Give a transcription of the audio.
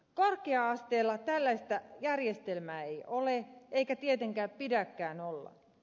korkea asteella tällaista järjestelmää ei ole eikä tietenkään pidäkään olla